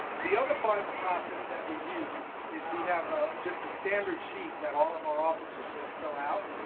the other part of the process that we use is we have ah just a standard sheet that all of our officers will fill out,